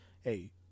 hey